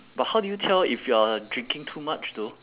but how do you tell if you are drinking too much though